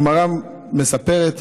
הגמרא מספרת